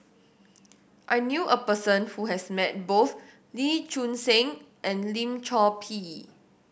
I knew a person who has met both Lee Choon Seng and Lim Chor Pee